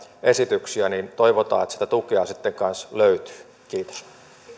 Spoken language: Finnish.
esityksiä niin toivotaan että sitä tukea sitten kanssa löytyy kiitos